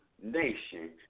nation